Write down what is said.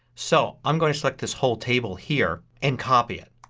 so i'm going to select this whole table here and copy it.